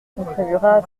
contribuera